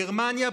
גרמניה,